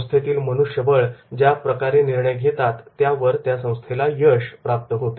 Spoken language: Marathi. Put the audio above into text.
संस्थेतील मनुष्यबळ ज्याप्रकारे निर्णय घेतात त्यावर त्या संस्थेला यश प्राप्त होते